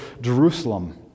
Jerusalem